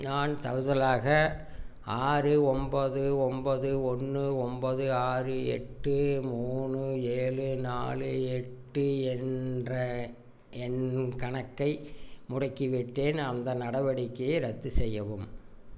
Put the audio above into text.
நான் தவறுதலாக ஆறு ஒம்பது ஒம்பது ஒன்று ஒம்பது ஆறு எட்டு மூணு ஏழு நாலு எட்டு என்ற என் கணக்கை முடக்கிவிட்டேன் அந்த நடவடிக்கையை ரத்து செய்யவும்